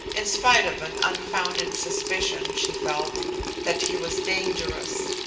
in spite of an unfounded suspicion she felt that he was dangerous.